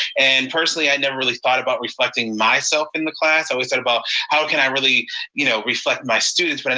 and personally, i never really thought about reflecting myself in the class. i always thought about how can i really you know reflect my students, but